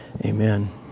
Amen